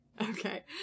Okay